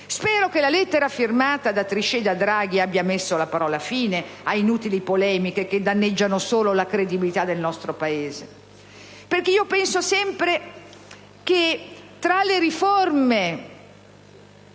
Spero che la lettera firmata da Trichet e da Draghi abbia messo la parola fine ad inutili polemiche che danneggiano solo la credibilità del nostro Paese. Io penso sempre che, tra le riforme